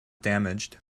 damaged